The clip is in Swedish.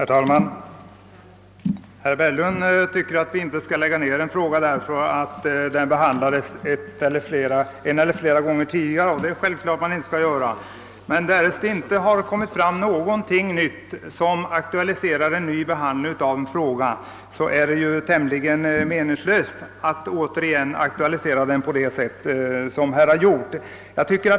Herr talman! Herr Berglund tycker inte att vi skall lägga ned en fråga enbart därför att den behandlats en eller flera gånger tidigare. Nej, det är självklart att detia inte är något skäl. Men därest ingenting framkommer som aktualiserar ny behandling av en fråga, är det tämligen meningslöst att återigen ta upp den på sätt som här gjorts.